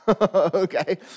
okay